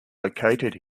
located